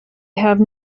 have